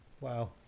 Wow